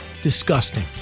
disgusting